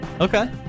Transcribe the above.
Okay